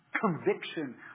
conviction